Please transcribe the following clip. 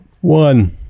one